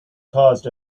caused